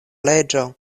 leĝo